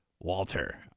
Walter